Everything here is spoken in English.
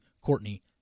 Courtney